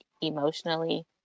emotionally